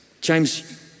James